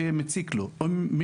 צה״ל, בהיבטים של הברחות